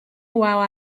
while